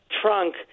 trunk